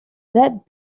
that